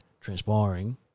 transpiring